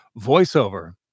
voiceover